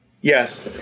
Yes